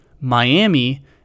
Miami